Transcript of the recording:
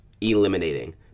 eliminating